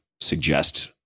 suggest